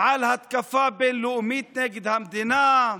על התקפה בין-לאומית נגד המדינה,